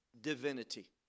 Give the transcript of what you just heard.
divinity